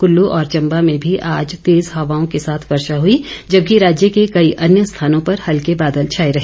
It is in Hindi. कुल्लू और चंबा में भी आज तेज हवाओं के साथ वर्षा हुई जबकि राज्य के कई अन्य स्थानों पर हल्के बादल छाए रहे